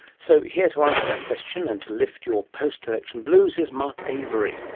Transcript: so here to answer that question and to lift your post-election blues is mark avery.